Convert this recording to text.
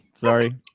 Sorry